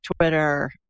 Twitter